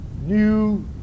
new